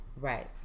Right